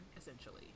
essentially